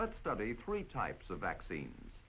let's study three types of vaccines